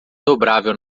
dobrável